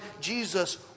Jesus